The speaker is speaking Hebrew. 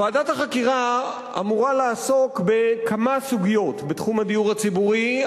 ועדת החקירה אמורה לעסוק בכמה סוגיות בתחום הדיור הציבורי,